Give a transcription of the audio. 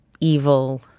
evil